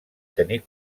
tenir